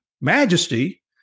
majesty